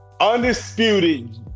Undisputed